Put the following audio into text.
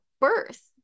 birth